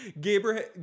gabriel